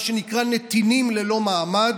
מה שנקרא "נתינים ללא מעמד",